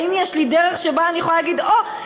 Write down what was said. האם יש לי דרך שבה אני יכולה להגיד: הו,